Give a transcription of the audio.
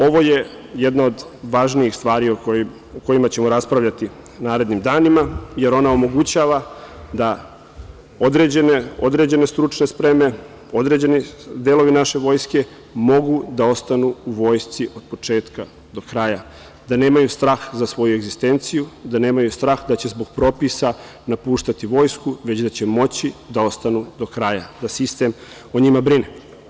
Ovo je jedna od važnijih stvari o kojima ćemo raspravljati u važnijim danima, jer ona omogućava da određene stručne spreme, određeni delovi naše vojske mogu da ostanu u vojsci od početka do kraja, da nemaju strah za svoju egzistenciju, da nemaju strah da će zbog propisa napuštati vojsku, već da će moći da ostanu do kraja, da sistem o njima brine.